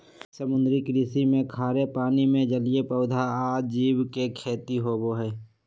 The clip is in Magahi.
समुद्री कृषि में खारे पानी में जलीय पौधा आ जीव के खेती होई छई